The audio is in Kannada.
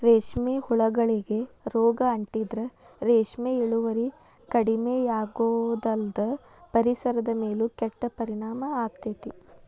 ರೇಷ್ಮೆ ಹುಳಗಳಿಗೆ ರೋಗ ಅಂಟಿದ್ರ ರೇಷ್ಮೆ ಇಳುವರಿ ಕಡಿಮಿಯಾಗೋದಲ್ದ ಪರಿಸರದ ಮೇಲೂ ಕೆಟ್ಟ ಪರಿಣಾಮ ಆಗ್ತೇತಿ